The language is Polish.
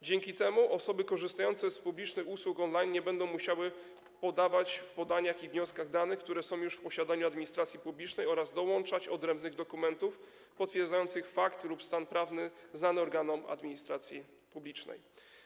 Dzięki temu osoby korzystające z publicznych usług on-line nie będę musiały podawać w podaniach i wnioskach danych, które są już w posiadaniu administracji publicznej, oraz dołączać odrębnych dokumentów potwierdzających fakt lub stan prawny znany organom administracji publicznej.